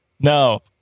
No